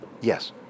Yes